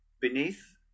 Beneath